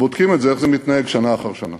ובודקים את זה איך זה מתנהג, שנה אחר שנה.